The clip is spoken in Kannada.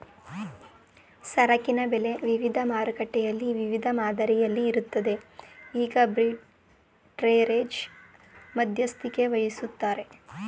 ಸರಕಿನ ಬೆಲೆ ವಿವಿಧ ಮಾರುಕಟ್ಟೆಯಲ್ಲಿ ವಿವಿಧ ಮಾದರಿಯಲ್ಲಿ ಇರುತ್ತದೆ ಈಗ ಆರ್ಬಿಟ್ರೆರೇಜ್ ಮಧ್ಯಸ್ಥಿಕೆವಹಿಸತ್ತರೆ